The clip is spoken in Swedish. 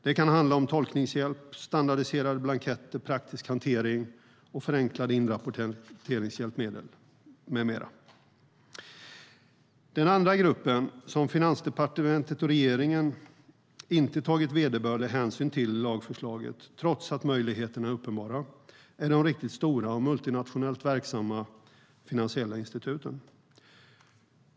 Det kan handla om tolkningshjälp, standardiserade blanketter, praktisk hantering, förenklade inrapporteringshjälpmedel med mera. Den andra gruppen som Finansdepartementet och regeringen inte tagit vederbörlig hänsyn till i lagförslaget, trots att möjligheten är uppenbar, är de riktigt stora och multinationellt verksamma finansiella instituten.